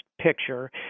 picture